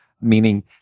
Meaning